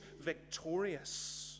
victorious